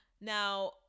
Now